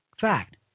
Fact